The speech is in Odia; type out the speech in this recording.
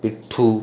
ପିଠୁ